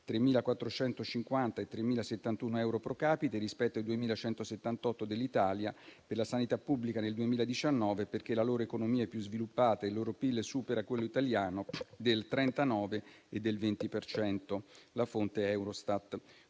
3.450 e 3.071 euro *pro capite* rispetto ai 2.178 euro dell'Italia per la sanità pubblica nel 2019 è perché la loro economia è più sviluppata e il loro PIL supera quello italiano del 39 e del 20 per cento (la fonte è Eurostat).